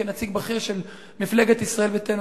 כנציג בכיר של מפלגת ישראל ביתנו,